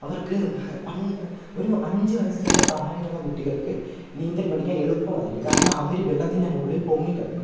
അവര്ക്ക് പണ് ഒരു അഞ്ച് വയസിനൊക്കെ താഴെയുള്ള കുട്ടികള്ക്ക് നീന്തല് പഠിക്കാന് എളുപ്പമായിരിക്കും കാരണം അവർ വെള്ളത്തിന്റെ മുകളില് പൊങ്ങി കിടക്കും